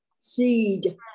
seed